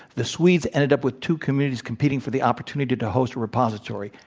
the swedes ended up with two communities competing for the opportunity to host a repository.